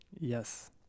Yes